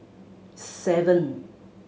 seven